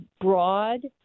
broad